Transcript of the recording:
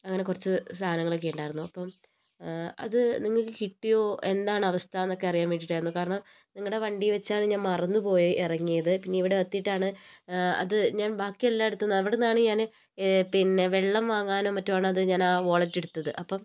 അങ്ങനെ കുറച്ചു സാധനങ്ങളൊക്കെ ഉണ്ടായിരുന്നു അപ്പം അത് നിങ്ങൾക്ക് കിട്ടിയോ എന്താണ് അവസ്ഥാന്നൊക്കെ അറിയാൻ വേണ്ടീട്ടായിരുന്നു കാരണം നിങ്ങളുടെ വണ്ടീവെച്ചാണ് ഞാൻ മറന്നുപോയി ഇറങ്ങിയത് പിന്നെയിവിടെത്തീട്ടാണ് അത് ഞാൻ ബാക്കിയെല്ലായിടത്തൂ അവിടന്നാണ് ഞാൻ പിന്നെ വെള്ളം വാങ്ങാനോ മറ്റോ ആണ് അത് ഞാൻ ആ വാളറ്റ് എടുത്തത് അപ്പം